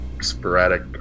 sporadic